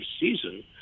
season